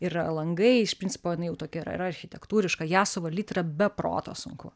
yra langai iš principo jinai jau tokia ir yra architektūriška ją suvaldyti yra be proto sunku